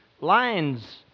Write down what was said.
lines